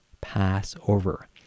Passover